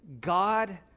God